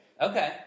Okay